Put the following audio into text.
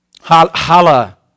Hala